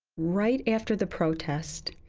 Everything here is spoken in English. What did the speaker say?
right after the protest,